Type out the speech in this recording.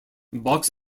box